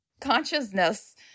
Consciousness